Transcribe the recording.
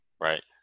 Right